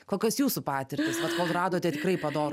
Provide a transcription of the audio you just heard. kokios jūsų patirtys vat kol radote tikrai padorų